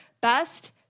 Best